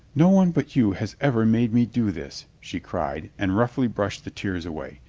no one but you has ever made me do this, she cried and roughly brushed the tears away.